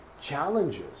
challenges